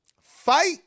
fight